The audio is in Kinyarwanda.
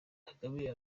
kagame